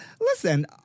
Listen